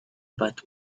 but